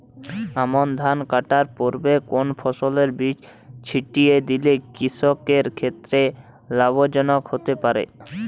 আমন ধান কাটার পূর্বে কোন ফসলের বীজ ছিটিয়ে দিলে কৃষকের ক্ষেত্রে লাভজনক হতে পারে?